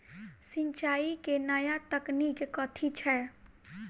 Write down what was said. सिंचाई केँ नया तकनीक कथी छै?